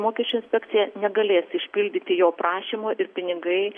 mokesčių inspekcija negalės išpildyti jo prašymo ir pinigai